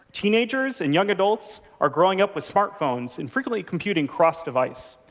teenagers and young adults are growing up with smartphones and frequently computing cross-device.